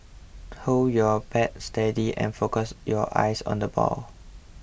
hold your bat steady and focus your eyes on the ball